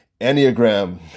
Enneagram